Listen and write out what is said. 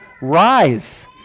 Rise